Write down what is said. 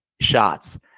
shots